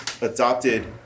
adopted